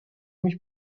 mich